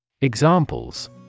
Examples